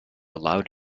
allowed